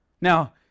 Now